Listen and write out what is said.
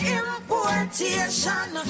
importation